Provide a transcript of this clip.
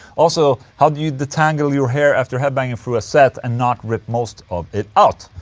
also, how do you detangler your hair after headbanging through a set and not rip most of it out?